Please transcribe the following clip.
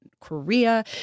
Korea